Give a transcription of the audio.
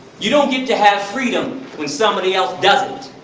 you don't get to have freedom when somebody else doesn't.